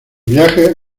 viaje